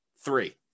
three